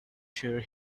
sure